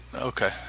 Okay